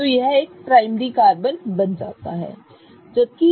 तो यह एक प्राइमरी कार्बन बन जाता है ठीक है